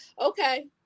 okay